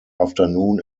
afternoon